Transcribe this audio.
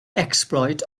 exploit